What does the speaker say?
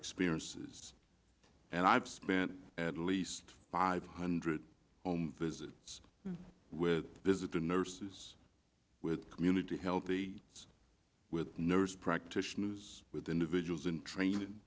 experiences and i've spent at least five hundred home visits with visiting nurses with community healthy with nurse practitioners with individuals in training